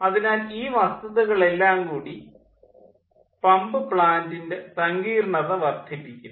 അതിനാൽ ഈ വസ്തുക്കൾ എല്ലാം കൂടി പമ്പ് പ്ലാൻ്റിൻ്റെ സങ്കീർണ്ണത വർദ്ധിപ്പിക്കുന്നു